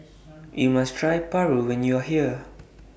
YOU must Try Paru when YOU Are here